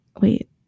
wait